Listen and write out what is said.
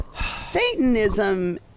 Satanism